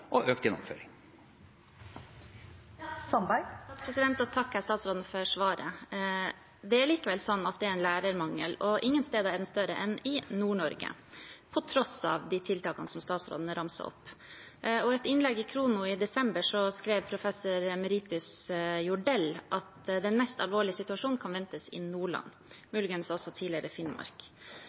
og økt gjennomføring. Da takker jeg statsråden for svaret. Det er likevel sånn at det er en lærermangel, og ingen steder er den større enn i Nord-Norge, på tross av de tiltakene som statsråden har ramset opp. I et innlegg i Khrono i desember skrev professor emeritus Jordell at den mest alvorlige situasjonen kan ventes i Nordland, muligens også i tidligere Finnmark.